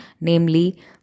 namely